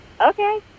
Okay